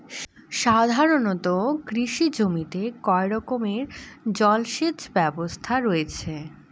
সাধারণত কৃষি জমিতে কয় রকমের জল সেচ ব্যবস্থা রয়েছে?